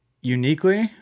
uniquely